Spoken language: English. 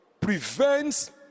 prevents